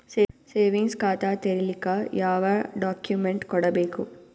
Savings ಖಾತಾ ತೇರಿಲಿಕ ಯಾವ ಡಾಕ್ಯುಮೆಂಟ್ ಕೊಡಬೇಕು?